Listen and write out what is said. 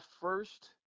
first